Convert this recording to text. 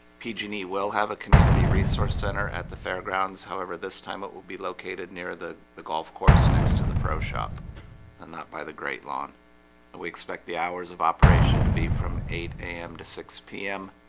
p jeannie will have a community resource center at the fairgrounds however, this time it will be located near the the golf course next to the pros and that by the great lawn and we expect the hours of operation to be from eight a m. to six p m.